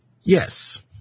Yes